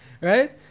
right